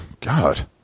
God